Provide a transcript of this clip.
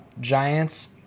Giants